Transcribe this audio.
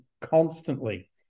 constantly